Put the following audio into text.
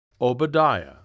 Obadiah